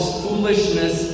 foolishness